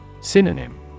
Synonym